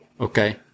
Okay